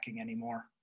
anymore